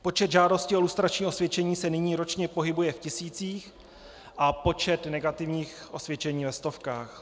Počet žádostí o lustrační osvědčení se nyní ročně pohybuje v tisících a počet negativních osvědčení ve stovkách.